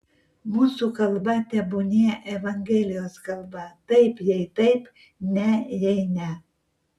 mūsų kalba tebūnie evangelijos kalba taip jei taip ne jei ne